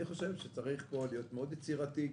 אני חושב שצריך פה להיות מאוד יצירתיים,